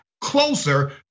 closer